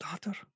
Daughter